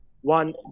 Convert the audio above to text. one